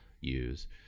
use